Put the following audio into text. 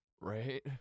right